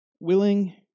willing